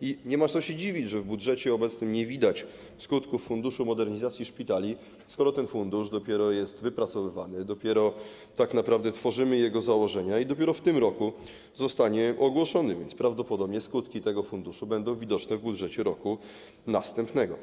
i nie ma co się dziwić, że w budżecie obecnym nie widać skutków utworzenia funduszu modernizacji szpitali, skoro ten fundusz dopiero jest wypracowywany, dopiero tak naprawdę tworzymy jego założenia i dopiero w tym roku jego utworzenie zostanie ogłoszone, więc prawdopodobnie skutki utworzenia tego funduszu będą widoczne w budżecie roku następnego.